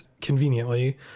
conveniently